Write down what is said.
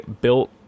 built